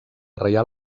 reial